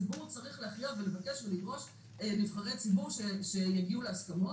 הציבור צריך להכריע ולבקש ולדרוש מנבחרי הציבור שיגיעו להסכמות